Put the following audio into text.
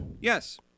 Yes